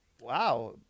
wow